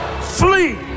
flee